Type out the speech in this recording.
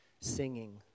singing